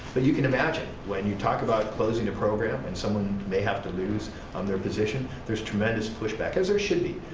but you can imagine when you talk about closing a program and someone may have to lose on their position there's tremendous pushback, as there should be,